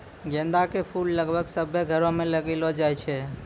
गेंदा के फूल लगभग सभ्भे घरो मे लगैलो जाय छै